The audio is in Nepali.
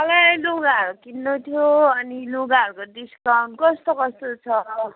अलि लुगाहरू किन्नु थियो अनि लुगाहरूको डिस्काउन्ट कस्तो कस्तो छ